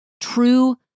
true